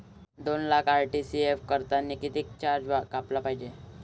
दोन लाख आर.टी.जी.एस करतांनी कितीक चार्ज कापला जाईन?